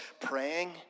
praying